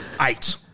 Eight